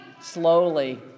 slowly